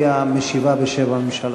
היא המשיבה בשם הממשלה.